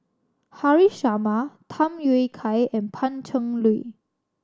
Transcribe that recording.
Haresh Sharma Tham Yui Kai and Pan Cheng Lui